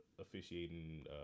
officiating